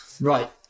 Right